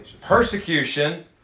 persecution